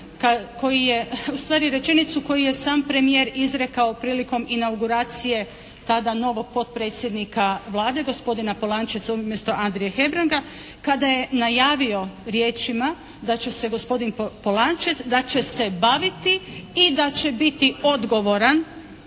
u stvari rečenicu koju je sam premijer izrekao prilikom inauguracije tada novog potpredsjednika Vlade gospodina Polančeca umjesto Andrije Hebranga kada je najavio riječima da će se gospodin Polančec da će se baviti i da će biti odgovoran